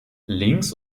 links